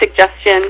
suggestion